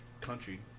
country